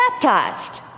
baptized